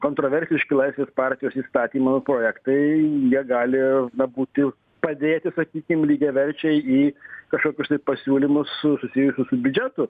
kontroversiški laisvės partijos įstatymo projektai jie gali na būti padėti sakykim lygiaverčiai į kažkokius tai pasiūlymus susijusius su biudžetu